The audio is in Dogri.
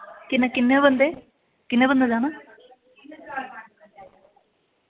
किन्ने किन्ने बंदे किन्ने बंदें जाना